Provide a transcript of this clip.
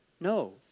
No